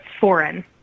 foreign